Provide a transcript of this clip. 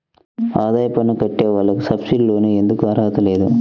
ఆదాయ పన్ను కట్టే వాళ్లకు సబ్సిడీ లోన్ ఎందుకు అర్హత లేదు?